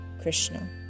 Krishna